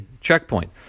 checkpoint